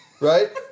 Right